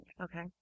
Okay